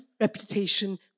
reputation